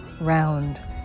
round